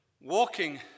walking